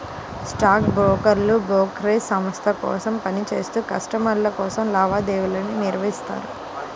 stock బ్రోకర్లు brokerage సంస్థ కోసం పని చేత్తూ కస్టమర్ల కోసం లావాదేవీలను నిర్వహిత్తారు